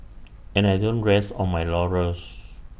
and I don't rest on my laurels